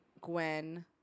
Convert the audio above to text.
Gwen